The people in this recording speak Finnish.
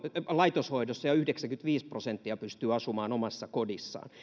laitoshoidossa ja yhdeksänkymmentäviisi prosenttia pystyy asumaan omassa kodissaan